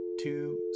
two